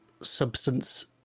substance